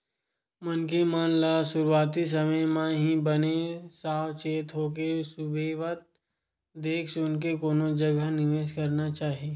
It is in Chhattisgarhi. मनखे मन ल सुरुवाती समे म ही बने साव चेत होके सुबेवत देख सुनके कोनो जगा निवेस करना चाही